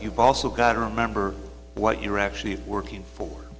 you've also got to remember what you're actually working for